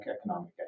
economic